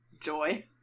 joy